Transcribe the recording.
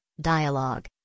dialogue